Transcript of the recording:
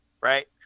right